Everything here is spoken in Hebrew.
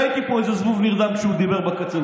ראיתי פה איזה זבוב נרדם כשהוא דיבר בקצה,